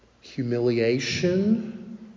humiliation